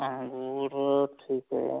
अंगूर ठीक है